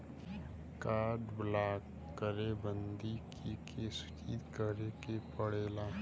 Card block करे बदी के के सूचित करें के पड़ेला?